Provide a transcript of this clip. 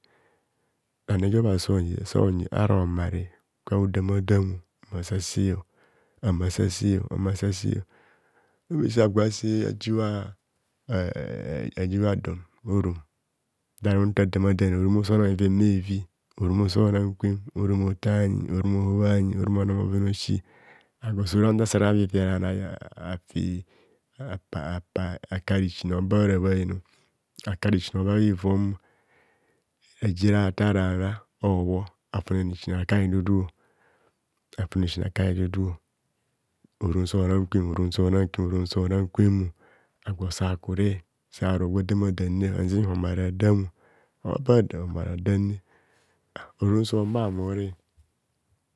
Rane ja obhazi onyi sonyi ara homare kwa hodama damo mma amase ama sase ntagwase ajibha eeh aji bhadon orom bha. nta dama damne oroms so ro namevi orom ote bhanyi orom ohobha bhanyi orom orong bhoven a'osi a agwo sora ntara avivia ranai afi apapa aka isin oba bhara bhayon аkа. isin oba bhivonn raje ratar rana hobho avunene isin aka idudu afunene isin aka idudu orom sona kwem, orom so nam kwem orom so nankwem agwo sakure saro gwa dama damne hanze homare hadamo voi adam homare abo a homare hadamo or apara orom so humahumore.